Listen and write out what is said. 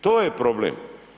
To je problem.